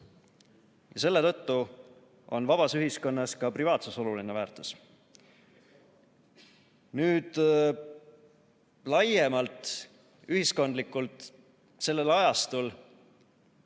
Selle tõttu on vabas ühiskonnas ka privaatsus oluline väärtus. Laiemalt me oleme ühiskondlikult sellel ajastul